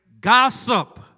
gossip